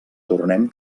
tornem